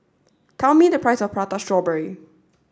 tell me the price of Prata Strawberry